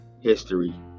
history